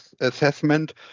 assessment